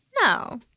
no